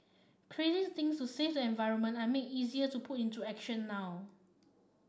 crazy things to save the environment are made easier to put into action now